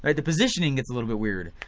ah the positioning gets a little bit weird.